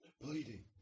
bleeding